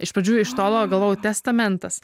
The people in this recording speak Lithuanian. iš pradžių iš tolo galvojau testamentas